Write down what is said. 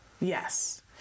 Yes